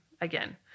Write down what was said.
again